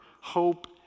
hope